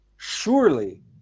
Surely